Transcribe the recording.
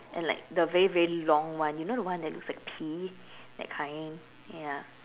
and like the very very long one you know the one that looks like pee that kind ya